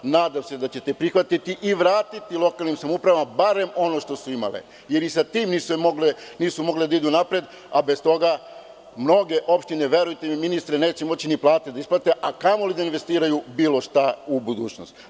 Nadam se da ćete prihvatiti i vratiti lokalnim samoupravama barem ono što su imale, jer i sa tim nisu mogle da idu napred, a bez toga mnoge opštine, verujte mi, ministre, neće moći ni plate da isplate, a kamoli da investiraju bilo šta u budućnosti.